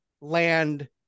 land